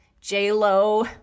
J-Lo